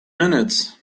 minutes